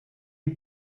est